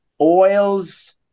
oils